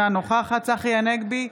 אינה נוכחת צחי הנגבי,